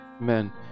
Amen